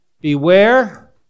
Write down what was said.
Beware